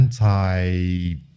anti